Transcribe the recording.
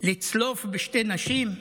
לצלוף בשתי נשים?